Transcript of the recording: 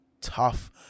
tough